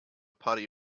party